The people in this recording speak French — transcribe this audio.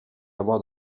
avoir